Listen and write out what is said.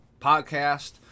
podcast